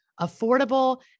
affordable